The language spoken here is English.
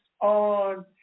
on